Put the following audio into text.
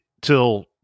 till